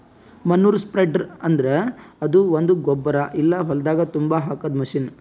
manure spreader ಅಂದುರ್ ಅದು ಒಂದು ಗೊಬ್ಬರ ಎಲ್ಲಾ ಹೊಲ್ದಾಗ್ ತುಂಬಾ ಹಾಕದ್ ಮಷೀನ್